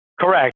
Correct